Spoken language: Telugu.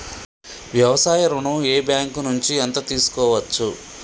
వ్యవసాయ ఋణం ఏ బ్యాంక్ నుంచి ఎంత తీసుకోవచ్చు?